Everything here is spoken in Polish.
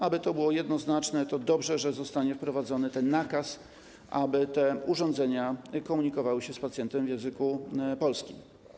Aby to było jednoznaczne, to dobrze, że zostanie wprowadzony nakaz, aby te urządzenia komunikowały się z pacjentem w języku polskim.